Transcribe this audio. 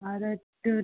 और टो